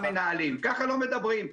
ככה לא מדברים.